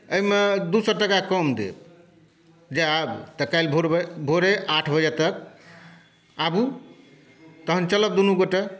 एहिमे दू सए टाका कम देब जायब तऽ काल्हि भोरेमे भोरे आठ बजे तक आबू तहन चलब दुनू गोटे